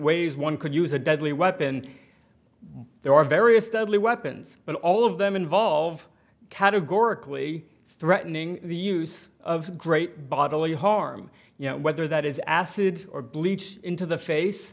ways one could use a deadly weapon there are various deadly weapons but all of them involve categorically threatening the use of great bodily harm whether that is acid or bleach into the face